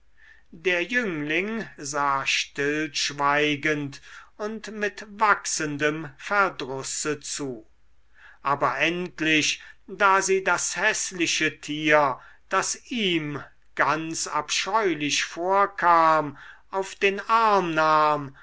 der jüngling sah stillschweigend und mit wachsendem verdrusse zu aber endlich da sie das häßliche tier das ihm ganz abscheulich vorkam auf den arm nahm